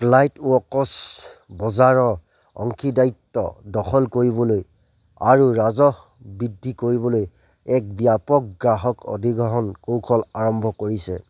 বজাৰৰ অংশীদাৰিত্ব দখল কৰিবলৈ আৰু ৰাজহ বৃদ্ধি কৰিবলৈ এক ব্যাপক গ্ৰাহক অধিগ্ৰহণ কৌশল আৰম্ভ কৰিছে